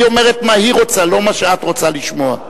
היא אומרת מה שהיא רוצה ולא מה שאת רוצה לשמוע.